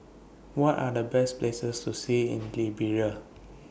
What Are The Best Places to See in Liberia